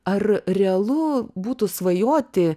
ar realu būtų svajoti